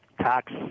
tax